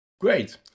Great